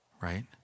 Right